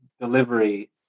delivery